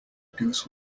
goose